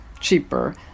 cheaper